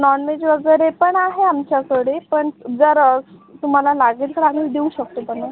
nonveg वगैरे पण आहे आमच्याकडे पण जर तुम्हाला लागेल तर आम्ही देऊ शकतो इकडून